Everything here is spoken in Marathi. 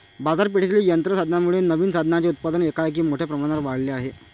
बाजारपेठेतील यंत्र साधनांमुळे नवीन साधनांचे उत्पादन एकाएकी मोठ्या प्रमाणावर वाढले आहे